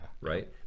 right